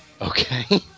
Okay